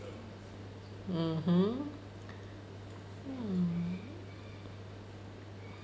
mmhmm hmm